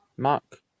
Mark